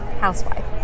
housewife